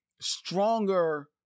stronger